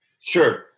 Sure